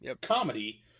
comedy